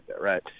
right